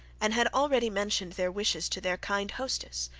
and had already mentioned their wishes to their kind hostess,